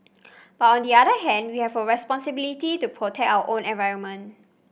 but on the other hand we have a responsibility to protect our own environment